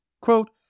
Quote